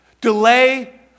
delay